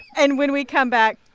and when we come back